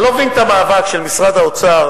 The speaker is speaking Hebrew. אני לא מבין את המאבק שניהל משרד האוצר,